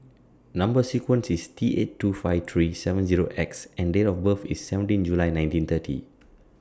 Number sequence IS T eight two five three seven Zero six X and Date of birth IS seventeen July nineteen thirty